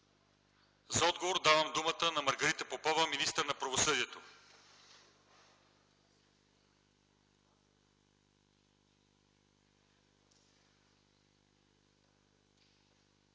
За отговор давам думата на Маргарита Попова – министър на правосъдието.